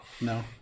no